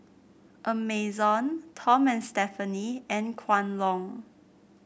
Amazon Tom and Stephanie and Kwan Loong